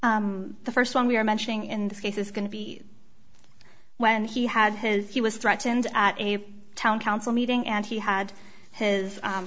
the first one we're mentioning in this case is going to be when he had his he was threatened at a town council meeting and he had his